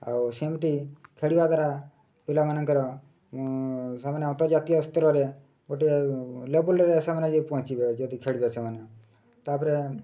ଆଉ ସେମିତି ଖେଳିବା ଦ୍ୱାରା ପିଲାମାନଙ୍କର ସେମାନେ ଅନ୍ତର୍ଜାତୀୟ ସ୍ତରରେ ଗୋଟେ ଲେବୁଲ୍ରେ ସେମାନେ ଯାଇ ପହଞ୍ଚିବେ ଯଦି ଖେଳିବେ ସେମାନେ ତା'ପରେ